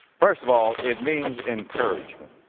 first of all, it means encouragement,